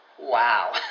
Wow